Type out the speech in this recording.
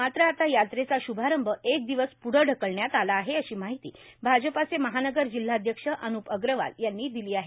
मात्र आता यात्रेचा शुभारंभ एक दिवस पुढं ढकलण्यात आला आहे अशी माहिती भाजपाचे महानगर जिल्हाध्यक्ष अनुप अग्रवाल यांनी दिली आहे